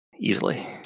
Easily